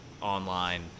online